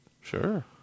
Sure